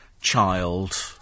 child